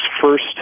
First